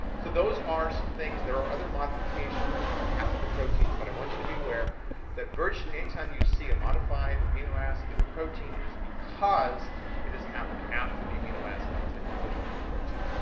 so those are some things that are other modifications that can happen to proteins. but i want you to be aware that virtually any time you see a modified amino acid in a protein it is because it has happened after the amino acid has been put into the protein.